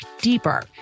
deeper